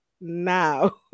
now